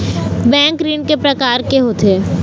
Bank ऋण के प्रकार के होथे?